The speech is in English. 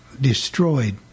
destroyed